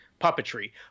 puppetry